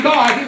God